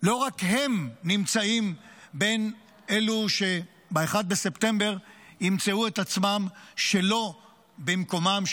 לא רק הם נמצאים בין אלו שב-1 בספטמבר ימצאו את עצמם שלא במקומם,